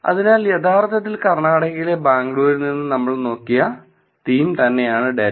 അതിനാൽ യഥാർത്ഥത്തിൽ കർണാടകയിലെ ബാംഗ്ലൂരിൽ നിന്ന് നമ്മൾ നോക്കിയ തീം തന്നെയാണ് ഡേറ്റ